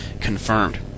confirmed